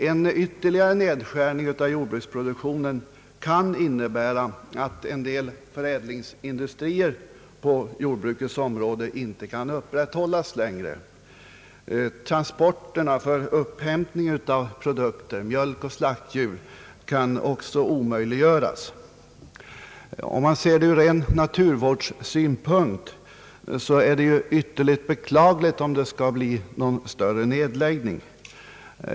En ytterligare nedskärning av jordbruksproduktionen kan innebära, att en del förädlingsindustrier på jordbrukets område inte längre kan upprätthållas. Transporterna för upphämtning av produkter som mjölk och slaktdjur kan också omöjliggöras. Om man ser frågan. ur ren naturvårdssynpunkt är det ytterligt beklagligt om vi skulle få någon omfattande nedläggning.